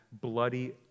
bloody